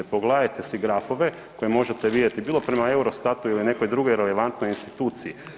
Pogledajte si grafove koje možete vidjeti bilo prema EUROSTAT-u ili nekoj drugoj relevantnoj instituciji.